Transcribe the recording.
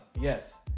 Yes